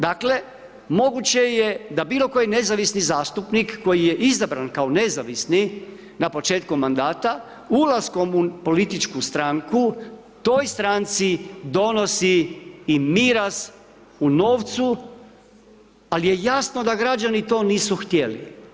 Dakle, moguće je da bilokoji nezavisni zastupnik koji je izabran kao nezavisni na početku mandata, ulaskom u političku stranku, toj stranci donosi i miraz u novcu ali je jasno da građani to nisu htjeli.